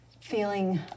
feeling